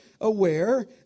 aware